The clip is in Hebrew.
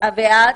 לך.